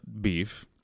beef